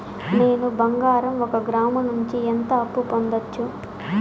నేను బంగారం ఒక గ్రాము నుంచి ఎంత అప్పు పొందొచ్చు